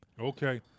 Okay